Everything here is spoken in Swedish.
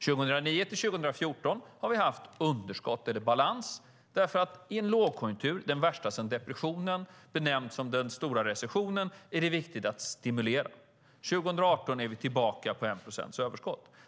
Åren 2009-2014 har vi haft underskott eller balans, för i en lågkonjunktur, den värsta sedan depressionen, benämnd den stora recessionen, är det viktigt att stimulera. År 2018 är vi tillbaka på 1 procents överskott.